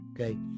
okay